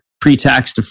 pre-tax